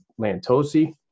Lantosi